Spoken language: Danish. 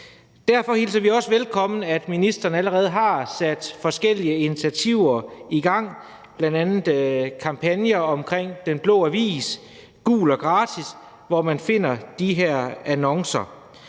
Derfor hilser vi det også velkommen, at ministeren allerede har sat forskellige initiativer i gang, bl.a. kampagner i forbindelse med Den Blå Avis, Gul og Gratis, hvor man finder de her annoncer.